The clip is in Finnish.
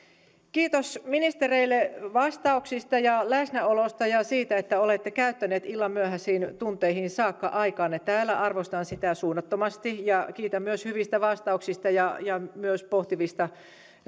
kiitos ministereille vastauksista ja läsnäolosta ja siitä että olette käyttäneet illan myöhäisiin tunteihin saakka aikaanne täällä arvostan sitä suunnattomasti kiitän myös hyvistä ja ja pohtivista